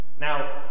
Now